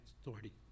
Authority